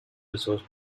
resource